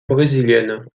brésilienne